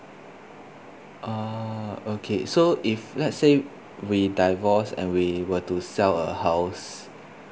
oh okay so if let's say we divorce and we were to sell a house